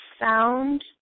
found